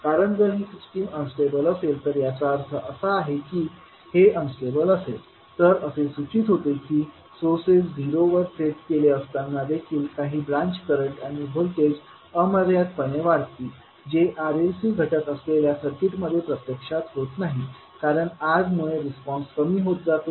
कारण जर ही सिस्टीम अनस्टेबल असेल तर याचा अर्थ असा आहे की हे अनस्टेबल असेल तर असे सूचित होते की सोर्सेस झिरो वर सेट केले असताना देखील काही ब्रांच करंट आणि व्होल्टेज अमर्याद पणे वाढतील जे RLC घटक असलेल्या सर्किटमध्ये प्रत्यक्षात होत नाही कारण R मुळे रिस्पॉन्स कमी होत जातो